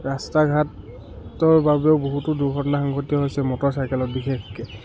ৰাস্তা ঘাটৰ বাবেও বহুতো দুৰ্ঘটনা সংঘটিত হৈছে মটৰ চাইকেলত বিশেষকে